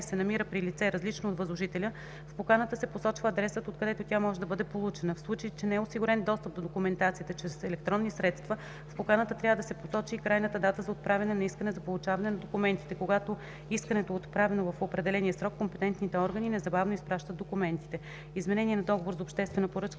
се намира при лице, различно от възложителя, в поканата се посочва адресът, откъдето тя може да бъде получена. В случай че не е осигурен достъп до документацията чрез електронни средства, в поканата трябва да се посочи и крайната дата за отправяне на искане за получаване на документите. Когато искането е изпратено в определения срок, компетентните органи незабавно изпращат документите.” Член 167 – „Изменение на договор за обществена поръчка